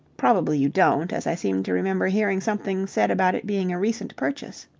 probably you don't, as i seem to remember hearing something said about it being a recent purchase.